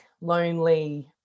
lonely